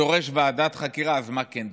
שדורש ועדת חקירה, אז מה כן דורש?